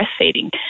breastfeeding